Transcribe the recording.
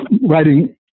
writing